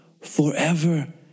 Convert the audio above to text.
forever